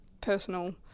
personal